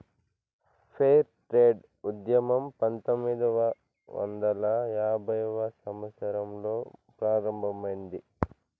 fair trade ఉద్యమం పంతొమ్మిదవ వందల యాభైవ సంవత్సరంలో ప్రారంభమైంది